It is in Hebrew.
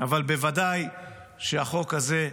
אבל בוודאי שהחוק הזה,